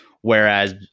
Whereas